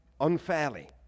unfairly